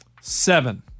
Seven